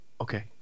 Okay